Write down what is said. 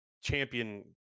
champion